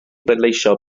bleidleisio